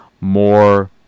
more